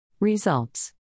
Results